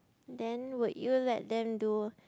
then would you let them do